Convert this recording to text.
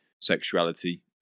sexuality